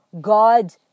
God